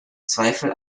zweifel